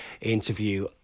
interview